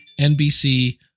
NBC